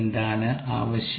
എന്താണ് ആവശ്യം